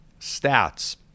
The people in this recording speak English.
stats